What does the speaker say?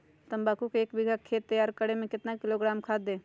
तम्बाकू के एक बीघा खेत तैयार करें मे कितना किलोग्राम खाद दे?